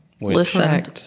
Listen